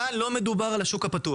אבל כאן לא מדובר על השוק הפתוח.